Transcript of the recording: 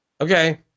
Okay